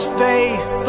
faith